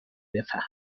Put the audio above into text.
بفهمن